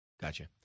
Gotcha